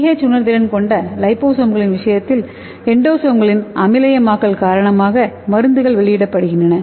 pH உணர்திறன் கொண்ட லிபோசோம்களின் விஷயத்தில் எண்டோசோம்களின் அமிலமயமாக்கல் காரணமாக மருந்துகள் வெளியிடப்படுகின்றன